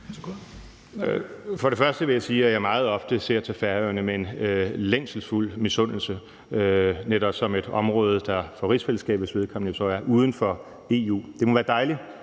For det første vil jeg sige, at jeg meget ofte ser med en længselsfuld misundelse til Færøerne netop som et område, der for rigsfællesskabets vedkommende er uden for EU. Det må være dejligt